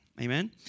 Amen